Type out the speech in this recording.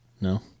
No